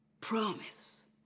promise